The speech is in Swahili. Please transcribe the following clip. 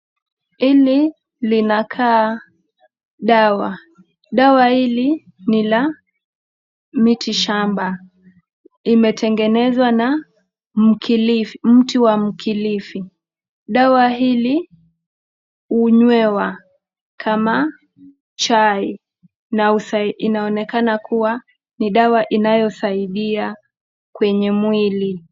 Hili linakaa dawa. Dawa hili ni la mitishamba. Imetengezwa na mti wa mkilifi. Dawa hili hunywewa kama chai na inaonekana kuwa ni dawa inayosaidia kwenye mwili.